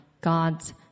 God's